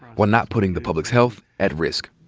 while not putting the public's health at risk.